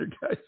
guys